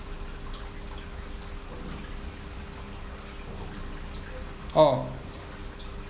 oh